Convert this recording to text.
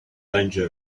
danger